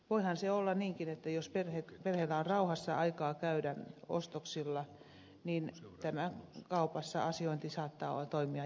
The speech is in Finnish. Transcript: voihan se olla niinkin että jos perheillä on rauhassa aikaa käydä ostoksilla niin tämä kaupassa asiointi saattaa toimia jopa lapsille oppimistapahtumana